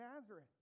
Nazareth